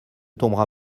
tombera